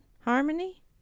Harmony